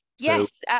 yes